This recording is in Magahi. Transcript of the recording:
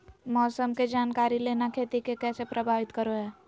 मौसम के जानकारी लेना खेती के कैसे प्रभावित करो है?